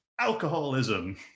alcoholism